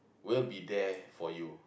will be there for you